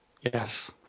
Yes